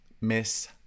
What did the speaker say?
Miss